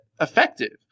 effective